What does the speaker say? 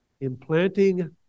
implanting